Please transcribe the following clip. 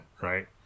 right